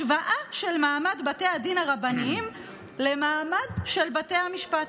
השוואה של מעמד בתי הדין הרבניים למעמד של בתי המשפט.